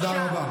חד-משמעית.